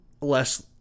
less